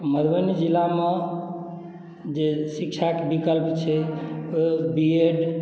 मधुबनी जिलामे जे शिक्षाक विकल्प छै ओ बी एड